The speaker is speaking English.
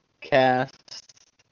cast